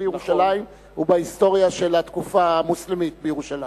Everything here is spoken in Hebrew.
ירושלים ולהיסטוריה של התקופה המוסלמית בירושלים,